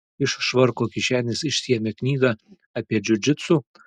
iš švarko kišenės išsiėmė knygą apie džiudžitsu